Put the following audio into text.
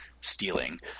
stealing